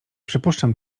przypuszczam